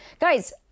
guys